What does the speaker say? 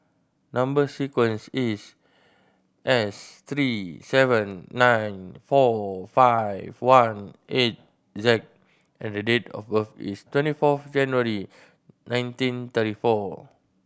number sequence is S three seven nine four five one eight Z and date of birth is twenty four January nineteen thirty four